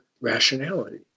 rationality